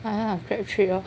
!aiya! grad trip lor